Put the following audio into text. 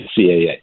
CAA